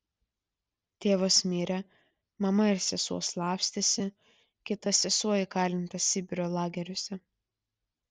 tėvas mirė mama ir sesuo slapstėsi kita sesuo įkalinta sibiro lageriuose